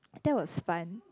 that was fun